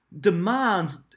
demands